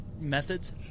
methods